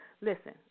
listen